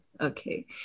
Okay